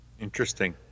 Interesting